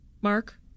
Mark